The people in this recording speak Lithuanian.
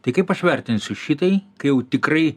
tai kaip aš vertinsiu šitai kai jau tikrai